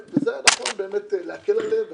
וזה היה נכון באמת להקל עליהן וכדומה.